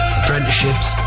apprenticeships